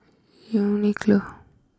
Uniqlo